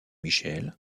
michel